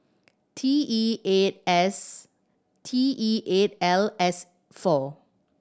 T E eight S T E eight L S four